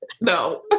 No